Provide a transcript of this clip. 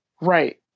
Right